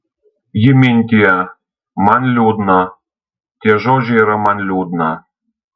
ji mintija man liūdna tie žodžiai yra man liūdna